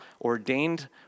ordained